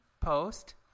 Post